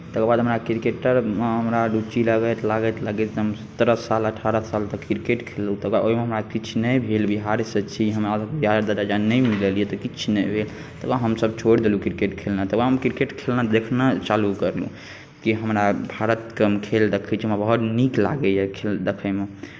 तकर बाद हमरा क्रिकेटरमे रुचि लागैत लागैत लागैत तऽ हम सतरह अठारह सालतक क्रिकेट खेललहुँ तकर बाद ओहिमे हमरा किछु नहि भेल बिहारसँ छी हमरा बिहार दिशसँ किछु नहि मिलल यए तऽ किछु तऽ हमसभ छोड़ि देलहुँ क्रिकेट खेलनाइ तकर बाद हम क्रिकेट खेल देखनाइ चालू कयलहुँ कि हमरा भारतके खेल देखै छी हमरा बहुत नीक लागैए खेल देखैमे